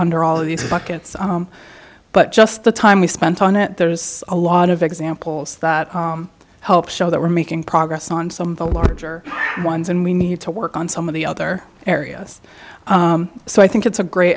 under all of these buckets but just the time we spent on it there's a lot of examples that help show that we're making progress on some of the larger ones and we need to work on some of the other areas so i think it's a great